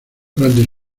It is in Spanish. durante